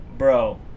Bro